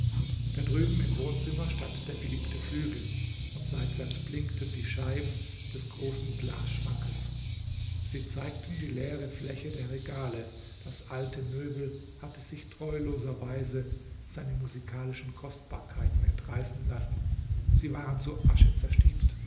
da drüben im wohnzimmer stand der geliebte flügel und seitwärts blinkten die scheiben des großen glasschrankes sie zeigten die leere fläche der regale das alte möbel hatte sich treuloserweise seine musikalischen kostbarkeiten entreißen lassen sie waren zu asche